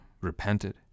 repented